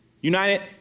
United